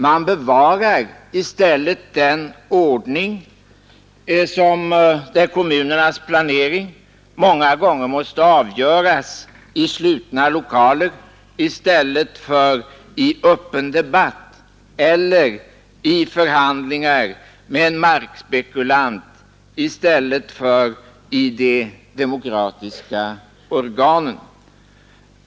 Partiet vill i stället bevara en ordning där kommunernas planering många gånger måste göras i slutna lokaler i stället för i öppen debatt eller vid förhandlingar med en markspekulant i stället för i de demokratiska organen.